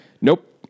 Nope